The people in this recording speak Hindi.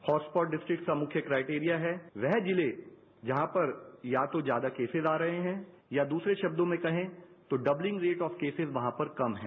हॉट स्पॉट डिस्ट्रीक का मुख्य क्राइट एरिया है वह जिले जहां पर या तो ज्यादा केसज आ रहे हैं या दूसरे शब्दों में कहे तो doubling rate of the cases वहां पर कम है